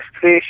fish